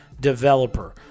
developer